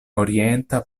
orienta